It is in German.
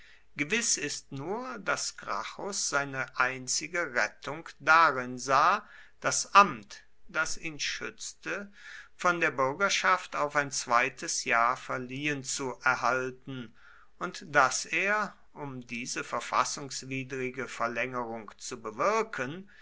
gewiß ist nur daß gracchus seine einzige rettung darin sah das amt das ihn schützte von der bürgerschaft auf ein zweites jahr verliehen zu erhalten und daß er um diese verfassungswidrige verlängerung zu bewirken